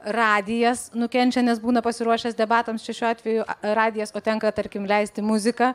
radijas nukenčia nes būna pasiruošęs debatams čia šiuo atveju radijas o tenka tarkim leisti muziką